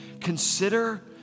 consider